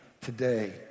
today